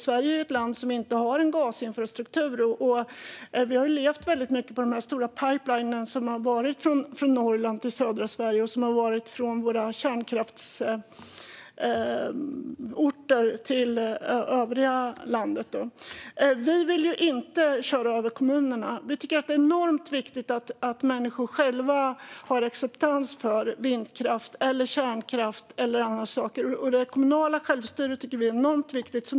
Sverige har ingen gasinfrastruktur, och vi har levt på de stora pipelinerna från Norrland till södra Sverige och från våra kärnkraftsorter till övriga landet. Vi vill inte köra över kommunerna. Vi tycker att det är enormt viktigt att människor själva har acceptans för vindkraft, kärnkraft och andra saker. Det kommunala självstyret tycker vi är enormt viktigt.